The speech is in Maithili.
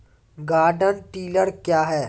गार्डन टिलर क्या हैं?